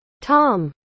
Tom